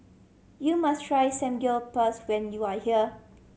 you must try Samgyeopsal when you are here